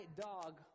dog